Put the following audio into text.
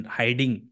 hiding